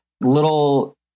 little